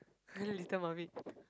little mermaid